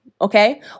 Okay